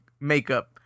Makeup